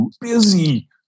busy